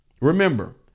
Remember